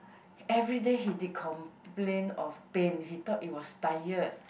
everyday he did complain of pain he thought it was tired